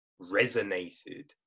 resonated